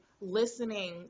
listening